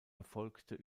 erfolgte